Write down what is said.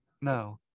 No